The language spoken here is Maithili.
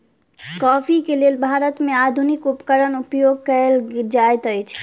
कॉफ़ी के लेल भारत में आधुनिक उपकरण उपयोग कएल जाइत अछि